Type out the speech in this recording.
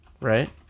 Right